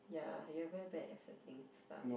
ya you're very bad at accepting stuff